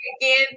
again